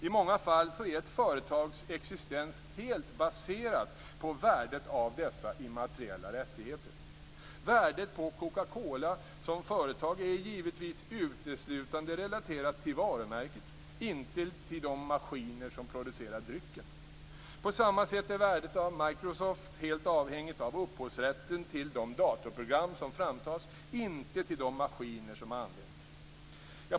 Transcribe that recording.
I många fall är ett företags existens helt baserat på värdet av dessa immateriella rättigheter. Värdet på Coca-Cola som företag är givetvis uteslutande relaterat till varumärket, inte till de maskiner som producerar drycken. På samma sätt är värdet av Microsoft helt avhängigt av upphovsrätten till de datorprogram som framtas, inte till de maskiner som används.